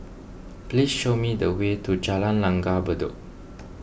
please show me the way to Jalan Langgar Bedok